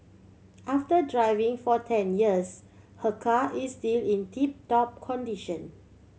after driving for ten years her car is still in tip top condition